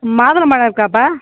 மாதுளம்பழம் இருக்காப்பா